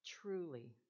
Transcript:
Truly